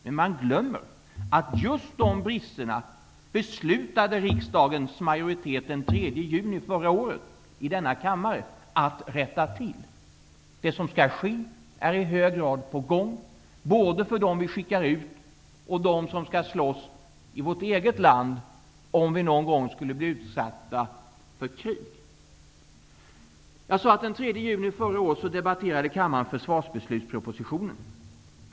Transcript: Men man glömmer att just de bristerna beslutade riksdagens majoritet den 3 juni förra året att rätta till. Det som skall ske är i hög grad på gång, både för dem vi skickar ut och för dem som skall slåss i vårt eget land, om vi någon gång skulle bli utsatta för krig. Jag sade att den 3 juni förra året debatterade kammaren försvarsbeslutspropositionen.